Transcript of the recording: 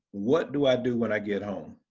what do i do when i get home?